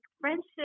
friendship